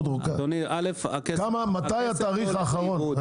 אדוני, הכסף לא הולך לאיבוד.